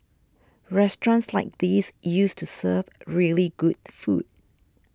restaurants like these used to serve really good food